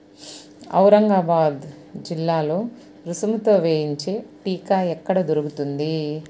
ఔరంగాబాద్ జిల్లాలో రుసుముతో వేయించే టీకా ఎక్కడ దొరుకుతుంది